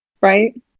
right